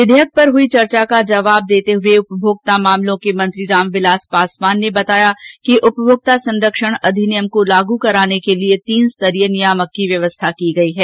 विधेयक पर हुई चर्चा का जवाब देते हुए उपभोक्ता मामलों के मंत्री रामविलास पासवान ने बताया कि उपभोक्ता संरक्षण अधिनियम को लागू कराने के लिए तीन स्तरीय नियामक की व्यवस्था की गई है